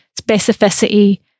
specificity